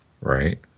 right